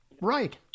Right